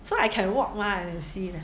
so I can walk mah and see leh